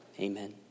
Amen